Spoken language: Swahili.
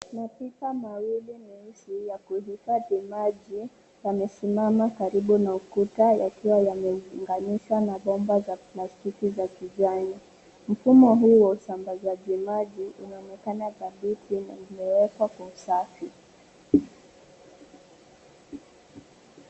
Mapipa mawili meusi ya kuhifadhi maji yamesimama karibu na ukuta yakiwa yamefunganishwa na bomba za plastiki za kijani. Mfumo huu wa usambazaji maji unaonekana dhabiti na umewekwa kwa usafi.